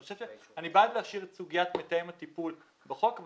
אני בעד להשאיר את סוגיית מתאם הטיפול בחוק,